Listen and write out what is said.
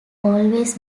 always